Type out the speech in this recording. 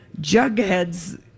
Jughead's